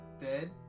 dead